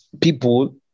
people